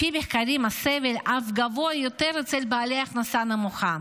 לפי מחקרים הסבל אף גבוה יותר אצל בעלי הכנסה נמוכה.